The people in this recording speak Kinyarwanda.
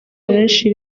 abenshi